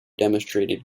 demonstrated